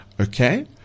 Okay